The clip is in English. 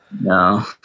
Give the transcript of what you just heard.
No